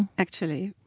actually,